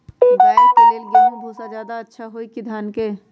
गाय के ले गेंहू के भूसा ज्यादा अच्छा होई की धान के?